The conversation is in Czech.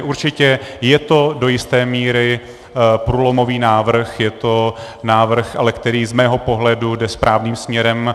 Určitě je to do jisté míry průlomový návrh, je to návrh, který ale z mého pohledu jde správným směrem.